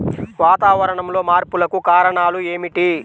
వాతావరణంలో మార్పులకు కారణాలు ఏమిటి?